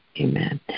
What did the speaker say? Amen